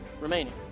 remaining